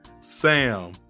Sam